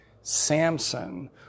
Samson